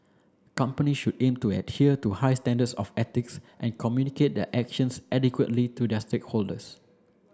company should aim to adhere to high standards of ethics and communicate their actions adequately to their stakeholders